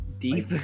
Deep